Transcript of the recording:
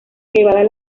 elevadas